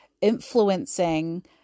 influencing